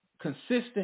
consistent